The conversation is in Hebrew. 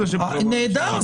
נהדר.